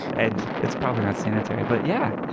and it's probably not sanitary, but yeah.